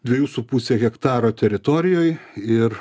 dviejų su puse hektaro teritorijoj ir